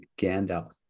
Gandalf